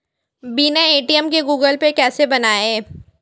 बिना ए.टी.एम के Google Pay कैसे बनायें?